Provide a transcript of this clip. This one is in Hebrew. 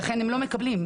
הם לא מקבלים.